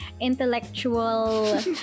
intellectual